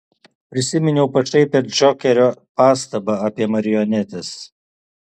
prisiminiau pašaipią džokerio pastabą apie marionetes